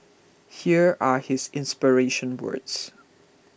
here are his inspiration words